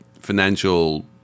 financial